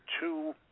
two